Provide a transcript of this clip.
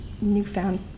newfound